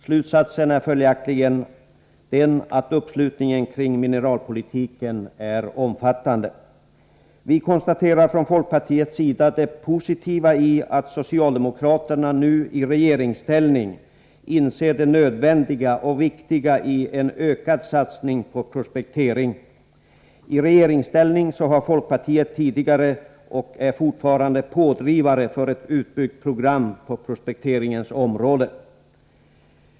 Slutsatsen blir följaktligen att uppslutningen kring mineralpolitiken är omfattande. Vi konstaterar från folkpartiets sida det positiva i att socialdemokraterna nu i regeringsställning inser det nödvändiga och viktiga i en ökad satsning på prospektering. I regeringsställning var folkpartiet tidigare och är fortfarande pådrivare för ett utbyggt program på prospekteringens område.